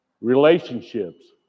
relationships